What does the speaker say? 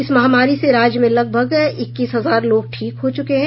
इस महामारी से राज्य में लगभग इक्कीस हजार लोग ठीक हो चुके हैं